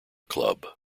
club